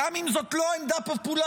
גם אם זו עדיין לא עמדה פופולרית,